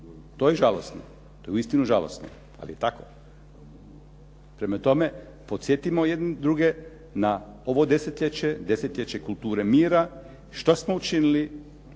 To je žalosno, to je uistinu žalosno, ali je tako. Prema tome, podsjetimo jedni druge na ovo desetljeće, desetljeće kulture mira, što smo učinili